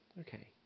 okay